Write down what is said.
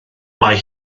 mae